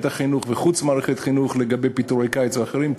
החינוך ומחוץ למערכת החינוך לגבי פיטורי קיץ ואחרים.